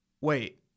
Wait